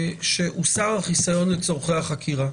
שהוסר החיסיון לצורכי החקירה.